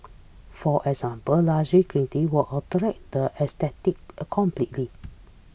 for example lush greenery will alter the aesthetic a completely